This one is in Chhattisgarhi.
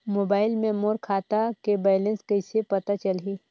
मोबाइल मे मोर खाता के बैलेंस कइसे पता चलही?